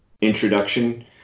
introduction